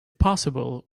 possible